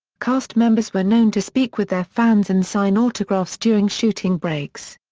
cast members were known to speak with their fans and sign autographs during shooting breaks.